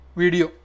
video